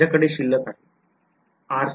तर माझ्याकडे शिल्लक आहे